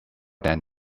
than